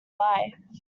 life